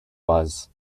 was